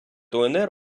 унр